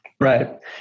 Right